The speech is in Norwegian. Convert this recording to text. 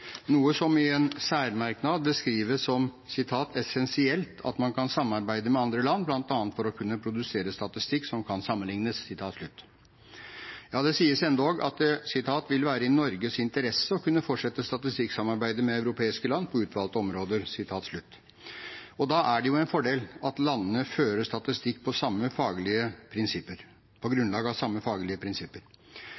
i en særmerknad som essensielt at man kan samarbeide med andre land, bl.a. for å kunne produsere statistikk som kan sammenliknes. Ja, det sies endog at det vil være i Norges interesse å kunne fortsette statistikksamarbeidet med europeiske land på utvalgte områder. Da er det jo en fordel at landene fører statistikk på grunnlag av samme faglige prinsipper.